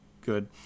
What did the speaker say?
good